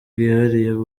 bwihariye